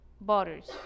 borders